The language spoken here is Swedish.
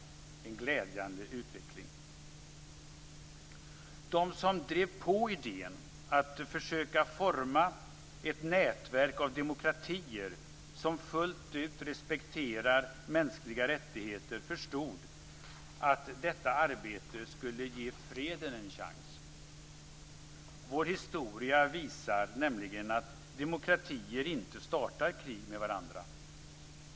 Det är en glädjande utveckling De som drev på idén att försöka forma ett nätverk av demokratier som fullt ut respekterar mänskliga rättigheter förstod att detta arbete skulle ge freden en chans. Vår historia visar nämligen att demokratier inte startar krig med varandra.